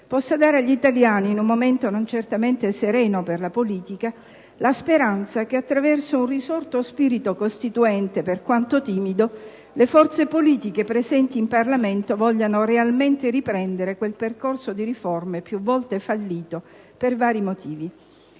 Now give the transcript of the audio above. possa dare agli italiani, in un momento certamente non sereno per la politica, la speranza che attraverso un risorto spirito costituente, per quanto timido, le forze politiche presenti in Parlamento vogliano veramente riprendere quel percorso di riforme più volte fallito per vari motivi.